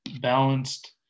balanced